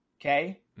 Okay